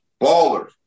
Ballers